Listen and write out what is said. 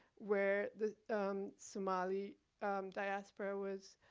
where the somali diaspora was